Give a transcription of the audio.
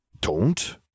Don't